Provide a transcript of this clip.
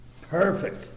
Perfect